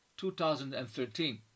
2013